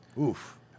Oof